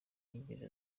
yigeze